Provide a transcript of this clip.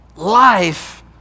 life